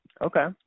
Okay